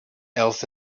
else